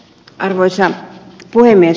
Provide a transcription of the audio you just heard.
arvoisa puhemies